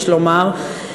יש לומר,